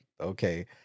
okay